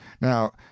Now